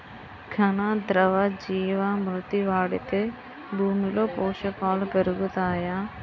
ఘన, ద్రవ జీవా మృతి వాడితే భూమిలో పోషకాలు పెరుగుతాయా?